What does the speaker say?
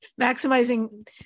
maximizing